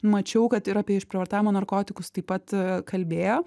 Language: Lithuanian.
mačiau kad ir apie išprievartavimo narkotikus taip pat kalbėjo